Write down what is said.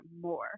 more